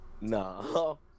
No